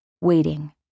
waiting